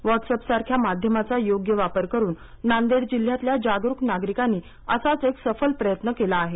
WhatsApp सारख्या माध्यमाचा योग्य वापर करून नांदेड जिल्ह्यातील जागरूक नागरिकांनी असाच एक सफल प्रयत्न केला आहे